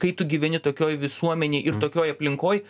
kai tu gyveni tokioj visuomenėj ir tokioj aplinkoj